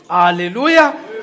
hallelujah